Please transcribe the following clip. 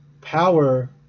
Power